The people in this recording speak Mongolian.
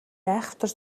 айхавтар